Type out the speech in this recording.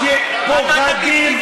אתם מפלגה שפוחדים.